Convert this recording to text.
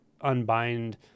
unbind